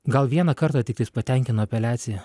gal vieną kartą tiktais patenkino apeliacija